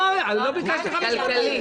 לא ביקשתי ממך משפטית.